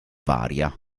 varia